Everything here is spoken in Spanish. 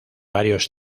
varios